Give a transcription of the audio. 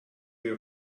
your